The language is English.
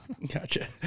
Gotcha